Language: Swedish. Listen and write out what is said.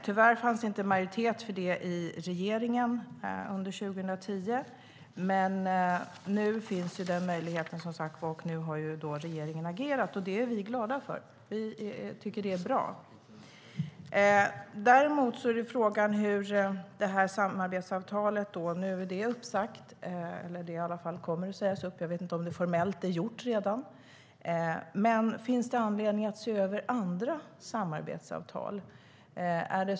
Tyvärr fanns det inte majoritet för det i regeringen under 2010, men nu finns som sagt den möjligheten, och nu har regeringen agerat. Det är vi glada för. Vi tycker att det är bra. Nu är det här samarbetsavtalet uppsagt, eller så kommer det att ske - jag vet inte om det redan är gjort formellt. Men finns det anledning att se över andra samarbetsavtal?